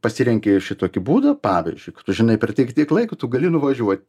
pasirenki šitokį būdą pavyzdžiui kai tu žinai per tiek tiek laiko tu gali nuvažiuot